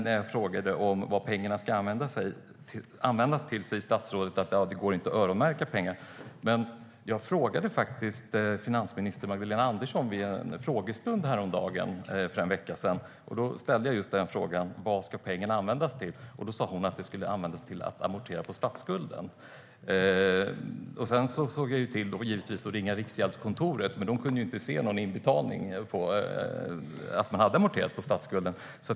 När jag frågar vad pengarna ska användas till säger statsrådet att det inte går att öronmärka pengarna. Men jag ställde frågan till finansminister Magdalena Andersson vid en frågestund för en vecka sedan: Vad ska pengarna användas till? Då svarade hon att de skulle användas för att amortera på statsskulden. Sedan ringde jag till Riksgäldskontoret, men där kunde man inte se någon inbetalning som amortering på statsskulden.